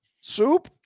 soup